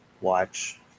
watch